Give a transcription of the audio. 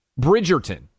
Bridgerton